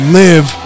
live